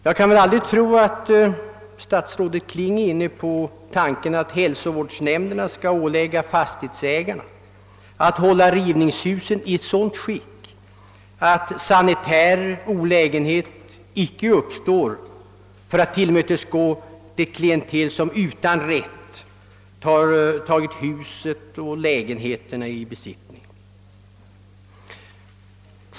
Jag kan väl aldrid tro att statsrådet Kling är inne på tanken att hälsovårdsnämnderna skulle ålägga fastighetsägarna att hålla rivningshusen i sådant skick, att sanitär olägenhet icke uppstår, för att tillmötesgå det klientel som utan rätt tagit husen och lägenheterna i besittning.